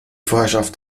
vorherrschaft